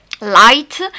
light